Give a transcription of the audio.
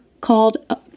called